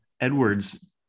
Edwards